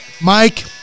Mike